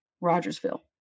Rogersville